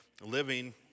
living